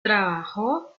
trabajó